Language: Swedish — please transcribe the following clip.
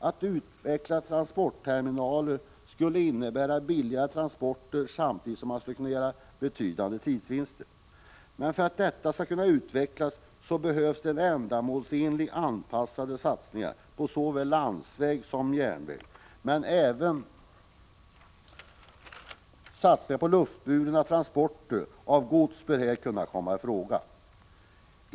Att utveckla transportterminaler skulle innebära billigare transporter, samtidigt som man skulle kunna göra betydande tidsvinster. Men för att detta skall kunna utvecklas behövs det ändamålsenligt anpassade satsningar på såväl landsväg som järnväg, men även satsningar på luftburna transporter av gods bör här kunna komma i fråga.